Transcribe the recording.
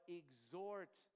exhort